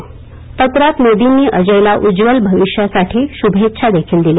पत्रात मोदींनी अजयला उज्ज्वल भविष्यासाठी शुभेच्छा देखील दिल्या